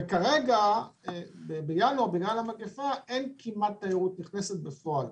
כרגע, בינואר אין כמעט תיירות נכנסת בפועל.